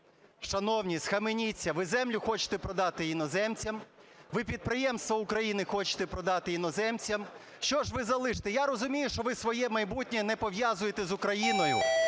Шановні, схаменіться. Ви землю хочете продати іноземцям, ви підприємства України хочете продати іноземцям, що ж ви залишите? Я розумію, що ви своє майбутнє не пов'язуєте з Україною,